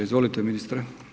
Izvolite ministre.